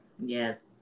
Yes